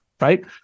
right